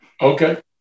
Okay